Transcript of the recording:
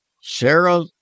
Sarah